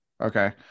Okay